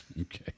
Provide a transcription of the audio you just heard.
Okay